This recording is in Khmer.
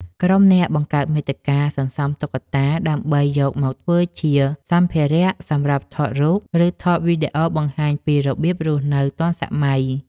ក្រុម អ្នកបង្កើតមាតិកា សន្សំតុក្កតាដើម្បីយកមកធ្វើជាសម្ភារៈសម្រាប់ថតរូប ឬថតវីដេអូបង្ហាញពីរបៀបរស់នៅទាន់សម័យ។